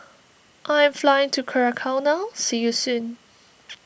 I am flying to Curacao now see you soon